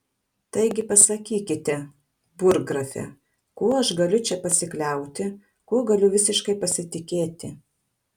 taigi pasakykite burggrafe kuo aš galiu čia pasikliauti kuo galiu visiškai pasitikėti